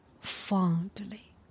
fondly